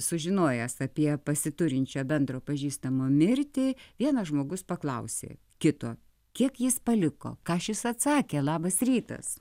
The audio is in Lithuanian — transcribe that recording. sužinojęs apie pasiturinčią bendro pažįstamo mirtį vienas žmogus paklausė kito kiek jis paliko ką šis atsakė labas rytas